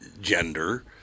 gender